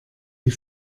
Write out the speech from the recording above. die